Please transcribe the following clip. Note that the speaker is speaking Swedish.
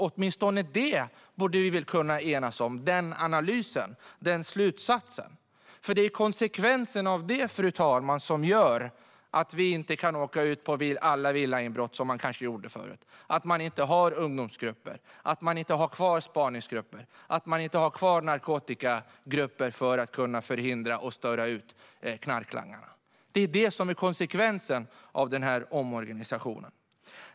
Åtminstone den analysen eller slutsatsen borde vi väl kunna enas om? Det är ju konsekvensen av detta, fru talman, som gör att man inte kan åka ut vid alla villainbrott som man kanske gjorde förut, som gör att man inte har ungdomsgrupper, att man inte har kvar spaningsgrupper och att man inte har kvar narkotikagrupper för att kunna förhindra och störa ut knarklangarna. Det är detta som är konsekvensen av denna omorganisation.